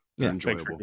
enjoyable